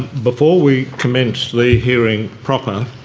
before we commence the hearing proper,